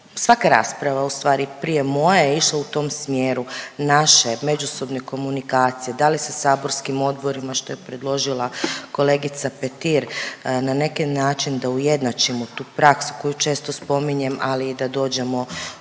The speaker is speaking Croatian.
svaka rasprava u stvari prije moje je išla u tom smjeru naše međusobne komunikacije da li sa saborskim odborima što je predložila kolegica Petir na neki način da ujednačimo tu praksu koju često spominjem, ali i da dođemo